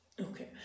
Okay